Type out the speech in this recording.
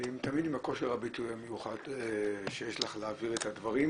תמיד עם כושר הביטוי המיוחד שיש לך להעביר את הדברים